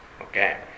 Okay